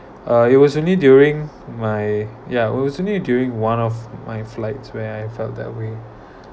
uh it was only during my ya it was only during one of my flights where I felt that way